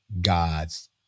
God's